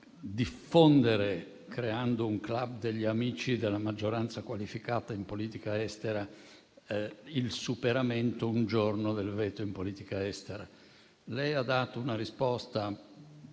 diffondere, creando un *club* degli amici della maggioranza qualificata in politica estera, il superamento un giorno del veto in politica estera. Lei ha dato una risposta